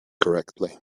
correctly